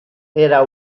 era